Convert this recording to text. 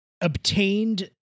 obtained